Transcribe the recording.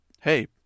hey